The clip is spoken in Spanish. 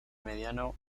mediano